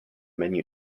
menu